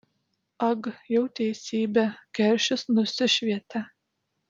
ag jau teisybė keršis nusišvietė